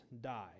die